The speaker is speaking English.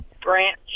branch